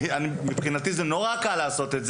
שמבחינתי זה מאוד קל לעשות,